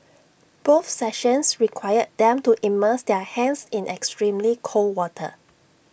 both sessions required them to immerse their hands in extremely cold water